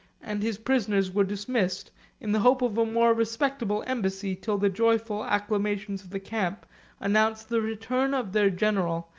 and his prisoners were dismissed in the hope of a more respectable embassy, till the joyful acclamations of the camp announced the return of their general,